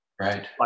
right